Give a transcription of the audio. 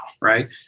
right